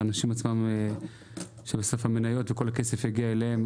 לאנשים עצמם כדי שהמניות וכל הכסף יגיע אליהם.